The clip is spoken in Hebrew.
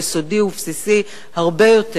יסודי ובסיסי הרבה יותר.